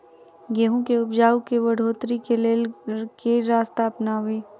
गेंहूँ केँ उपजाउ केँ बढ़ोतरी केँ लेल केँ रास्ता अपनाबी?